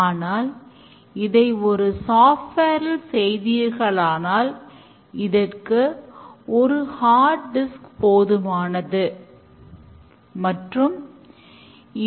test driven டெவலப்மென்டில் எந்தவொரு இன்கிரிமென்டும் பயனாளியின் சொல்லில் இருந்து தொடங்கி சோதனை மாதிரியாக மாறுகிறது